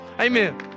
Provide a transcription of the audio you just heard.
Amen